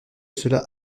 cela